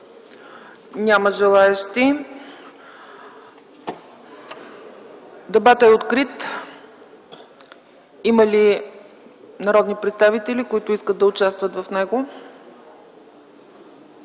Няма желаещи. Дебатът е открит. Има ли народни представители, които искат да участват в него?